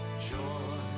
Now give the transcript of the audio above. joy